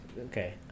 okay